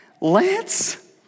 Lance